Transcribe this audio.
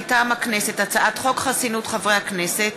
מטעם הכנסת: הצעת חוק חסינות חברי הכנסת,